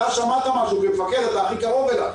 אתה שמעת משהו כמפקד, אתה הכי קרוב אליו.